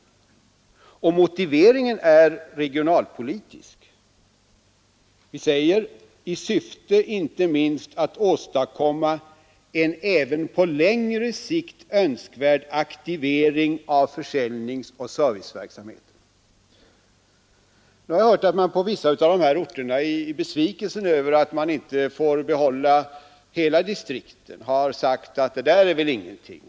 Motiveringen är regionalpolitisk. Vi säger nämligen att detta skall ske ”i syfte inte minst att åstadkomma en även på längre sikt önskvärd aktivering av försäljningsoch serviceverksamheten”. Nu har jag hört att man från vissa av de här orterna i besvikelsen över att man inte får behålla hela distriktet har sagt: ”Det där är väl ingenting.